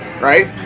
right